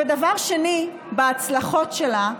דבר שני, בהצלחות שלה,